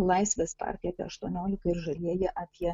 laisvės partija apie aštuoniolika ir žalieji apie